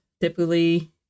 Typically